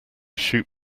shoot